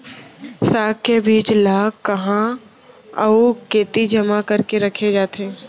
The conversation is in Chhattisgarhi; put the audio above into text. साग के बीज ला कहाँ अऊ केती जेमा करके रखे जाथे?